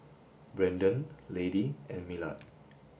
Brandan Lady and Millard